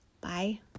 Bye